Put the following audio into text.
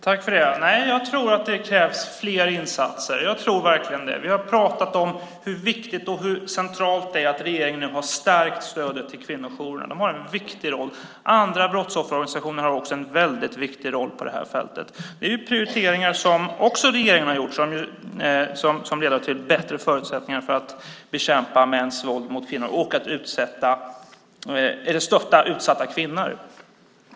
Fru talman! Nej, jag tror att det krävs fler insatser. Jag tror verkligen det. Vi har pratat om hur viktigt och centralt det är att regeringen nu har stärkt stödet till kvinnojourerna. De har en viktig roll. Andra brottsofferorganisationer har också en väldigt viktig roll på det här området. Det är prioriteringar som regeringen också har gjort och som leder till bättre förutsättningar för att bekämpa mäns våld mot kvinnor och för att stötta utsatta kvinnor.